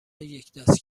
یکدست